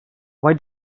why